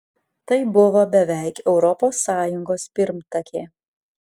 tai buvo beveik europos sąjungos pirmtakė